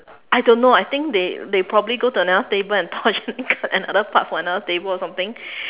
I don't know I think they they probably go to another table and torch another part for another table something